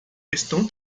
estão